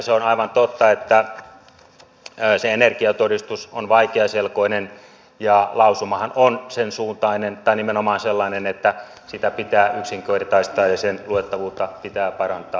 se on aivan totta että se energiatodistus on vaikeaselkoinen ja lausumahan on sen suuntainen tai nimenomaan sellainen että sitä pitää yksinkertaistaa ja sen luettavuutta pitää parantaa